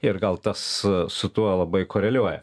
ir gal tas su tuo labai koreliuoja